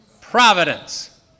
Providence